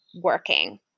working